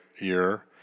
year